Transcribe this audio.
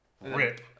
rip